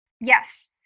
Yes